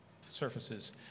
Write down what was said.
surfaces